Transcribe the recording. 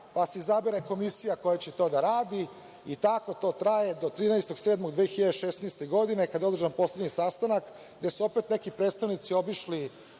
pa se izabere komisija koja će to da radi i tako to traje do 13.7.2016. godine, kada je održan poslednji sastanak, gde su opet neki predstavnici obišli